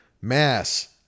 mass